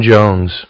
Jones